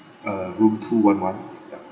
uh room two one one